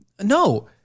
No